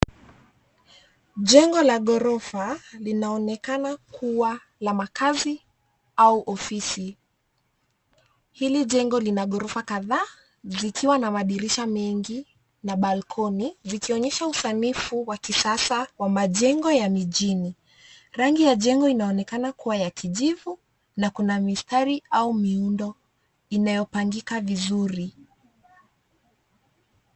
Jengo la ghorofa linaonekana kuwa la makazi au ofisi. Hili jengo lina ghorofa kadhaa zikiwa na madirisha mengi na balconi, zikionyesha usanifu wa kisasa wa majengo ya mijini. Rangi ya jengo inaonekana kuwa ya kijivu na kuna mistari au miundo inayopangika vizuri.